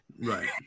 Right